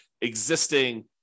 existing